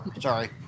sorry